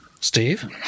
Steve